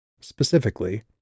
specifically